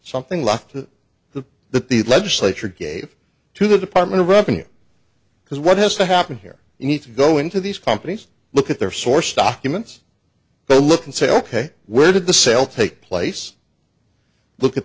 something locked the the legislature gave to the department of revenue because what has to happen here you need to go into these companies look at their source documents but look and say ok where did the sale take place look at